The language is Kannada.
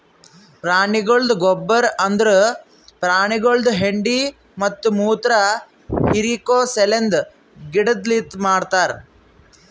ಪ್ರಾಣಿಗೊಳ್ದ ಗೊಬ್ಬರ್ ಅಂದುರ್ ಪ್ರಾಣಿಗೊಳ್ದು ಹೆಂಡಿ ಮತ್ತ ಮುತ್ರ ಹಿರಿಕೋ ಸಲೆಂದ್ ಗಿಡದಲಿಂತ್ ಮಾಡ್ತಾರ್